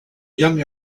young